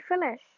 finish